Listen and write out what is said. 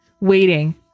waiting